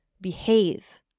behave